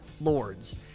Lords